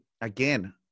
again